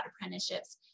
apprenticeships